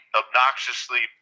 obnoxiously